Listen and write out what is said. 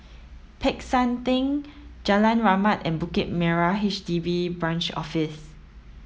Peck San Theng Jalan Rahmat and Bukit Merah H D B Branch Office